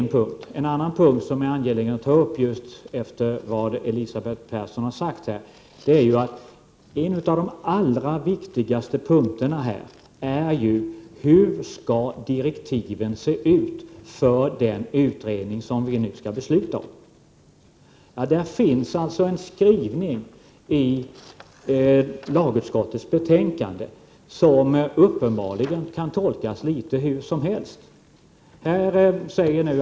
En annan punkt, den allra viktigaste, som det är angeläget att ta upp just efter det Elisabeth Persson har sagt, gäller hur direktiven skall se ut för den utredning som vi nu skall besluta om. Det finns en skrivning i lagutskottets Prot. 1988/89:111 betänkande som uppenbarligen kan tolkas litet hur som helst.